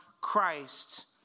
Christ